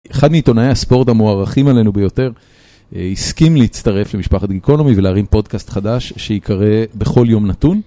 אחד מעיתונאי הספורט המוערכים עלינו ביותר, הסכים להצטרף למשפחת גיקונומי ולהרים פודקאסט חדש שייקרא "בכל יום נתון"